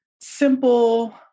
simple